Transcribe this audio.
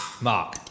Mark